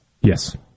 Yes